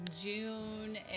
June